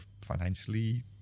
financially